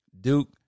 Duke